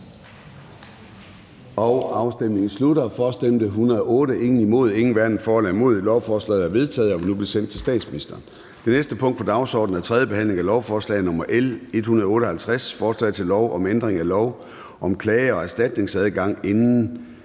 Villa Fonseca (UFG)), imod stemte 0, hverken for eller imod stemte 0. Lovforslaget er enstemmigt vedtaget og vil nu blive sendt til statsministeren. --- Det næste punkt på dagsordenen er: 14) 3. behandling af lovforslag nr. L 158: Forslag til lov om ændring af lov om klage- og erstatningsadgang inden